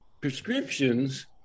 prescriptions